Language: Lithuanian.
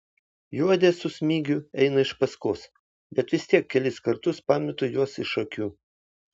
juodė su smigiu eina iš paskos bet vis tiek kelis kartus pametu juos iš akių